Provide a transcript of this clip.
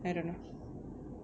I don't know